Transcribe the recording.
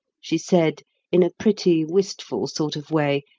she said in a pretty, wistful sort of way,